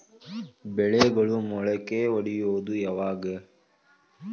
ಬೆಳೆಗಳು ಮೊಳಕೆ ಒಡಿಯೋದ್ ಯಾವಾಗ್?